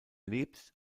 lebt